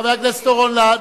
וחברי הכנסת שלמה מולה,